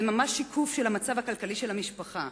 זה ממש שיקוף של המצב הכלכלי של המשפחה,